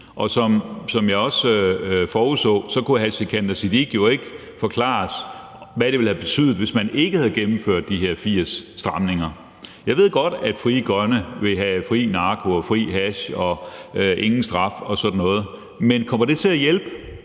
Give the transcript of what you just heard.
og som jeg også forudså, kunne hr. Sikandar Siddique jo ikke forklare, hvad det ville have betydet, hvis ikke man havde gennemført de her 80 stramninger. Jeg ved godt, at Frie Grønne vil have fri narko og fri hash og ingen straf og sådan noget, men kommer det til at hjælpe